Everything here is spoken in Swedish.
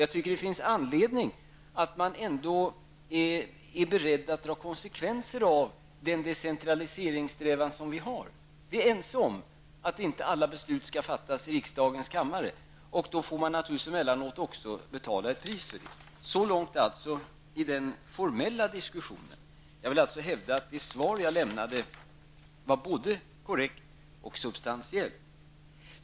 Jag tycker att det finns anledning att ändå vara beredd att ta konsekvenserna av den decentraliseringssträvan som vi har. Vi är ju ense om att inte alla beslut skall fattas i riksdagens kammare. Då får vi naturligtvis emellanåt också betala ett pris för det -- så långt den formella diskussionen. Jag hävdar alltså att det svar som jag har avlämnat är både korrekt och substantiellt.